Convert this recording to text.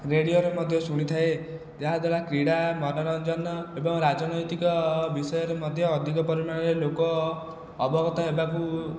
ରେଡିଓରେ ମଧ୍ୟ ଶୁଣିଥାଏ ଯାହାଦ୍ୱାରା କ୍ରୀଡ଼ା ମନୋରଞ୍ଜନ ଏବଂ ରାଜନୈତିକ ବିଷୟରେ ମଧ୍ୟ ଅଧିକ ପରିମାଣରେ ଲୋକ ଅବଗତ ହେବାକୁ